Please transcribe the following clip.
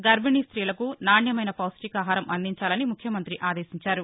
గర్భిణీ స్టీలకు నాణ్యమైన పౌష్టికాహారం అందించాలని ముఖ్యమంత్రి ఆదేశించారు